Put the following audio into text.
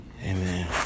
Amen